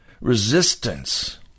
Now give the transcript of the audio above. resistance